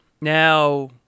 Now